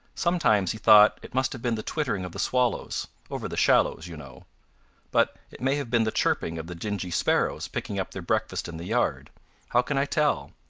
sometimes he thought it must have been the twittering of the swallows over the shallows, you, know but it may have been the chirping of the dingy sparrows picking up their breakfast in the yard how can i tell?